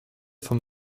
vom